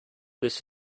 this